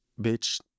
bitch